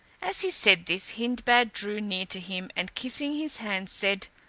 as he said this, hindbad drew near to him, and kissing his hand, said,